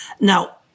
Now